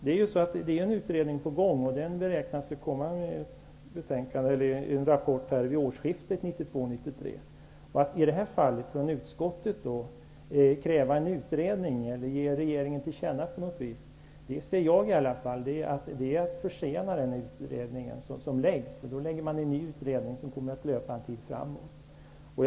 Det pågår en utredning om detta, och den beräknas komma med en rapport vid årsskiftet 1992/93. Om utskottet nu skulle kräva en utredning eller ge regeringen något till känna i detta avseende, skulle det i varje fall enligt min uppfattning försena den utredning som nu skall läggas fram. En ny utredning skulle behöva arbeta under en tid framöver.